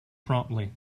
promptly